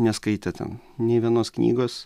neskaitė ten nė vienos knygos